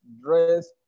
dress